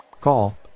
Call